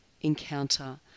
encounter